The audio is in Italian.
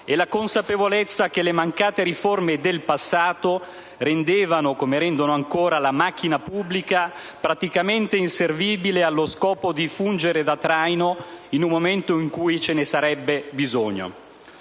e la consapevolezza che le mancate riforme del passato rendevano, come rendono ancora, la macchina pubblica praticamente inservibile allo scopo di fungere da traino, in un momento in cui ce ne sarebbe stato